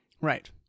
Right